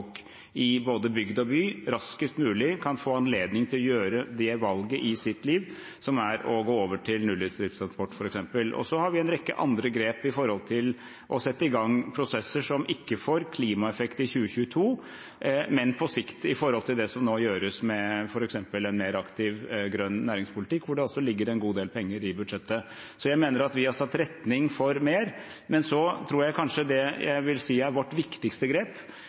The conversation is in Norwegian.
i både bygd og by raskest mulig kan få anledning til å gjøre det valget i sitt liv som er å gå over til f.eks. nullutslippstransport. Så har vi en rekke andre grep for å sette i gang prosesser som ikke får klimaeffekt i 2022, men på sikt, i forhold til det som nå gjøres med f.eks. en mer aktiv grønn næringspolitikk, hvor det altså ligger en god del penger i budsjettet. Så jeg mener at vi har satt retning for mer. Men det jeg vil si er vårt viktigste grep,